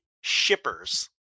shippers